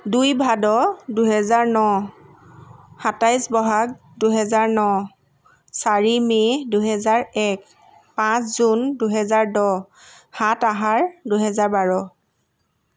দুই ভাদ দুহেজাৰ ন সাতাইশ বহাগ দুহেজাৰ ন চাৰি মে' দুহেজাৰ এক পাঁচ জুন দুহেজাৰ দহ সাত আহাৰ দুহেজাৰ বাৰ